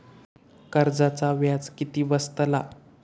कर्जाचा व्याज किती बसतला?